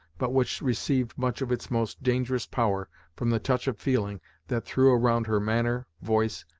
but which received much of its most dangerous power from the touch of feeling that threw around her manner, voice,